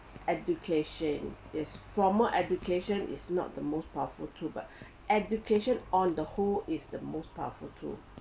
education is formal education is not the most powerful tool but education on the whole is the most powerful tool